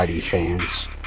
fans